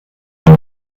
man